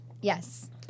Yes